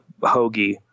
Hoagie